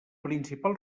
principal